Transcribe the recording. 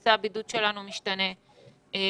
נושא הבידוד שלנו משתנה וכו'.